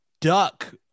duck